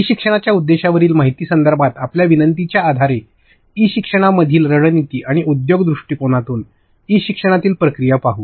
E शिक्षणाच्या उद्देशावरील माहिती संदर्भातील आपल्या विनंतीच्या आधारे ई शिक्षणामधील रणनीती आणि उद्योग दृष्टीकोनातून ई शिक्षणातील प्रक्रिया पाहू